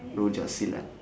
rojak silat